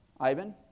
Ivan